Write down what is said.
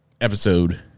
episode